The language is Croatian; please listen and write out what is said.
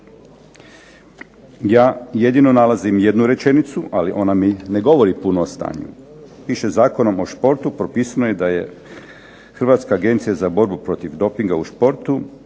Ja jedino nalazim jednu rečenicu, ali ona mi ne govori puno o stanju. Piše Zakonom o športu propisano je da je Hrvatska agencija za borbu protiv dopinga u športu